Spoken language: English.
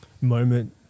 moment